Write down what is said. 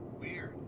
Weird